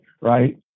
right